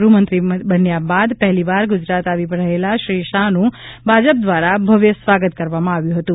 ગૃહમંત્રી બન્યા બાદ પહેલીવાર ગુજરાત આવી રહેલા શ્રી શાહનું ભાજપ દ્વારા ભવ્ય સ્વાગત કરવામાં આવ્યું હતું